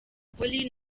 polly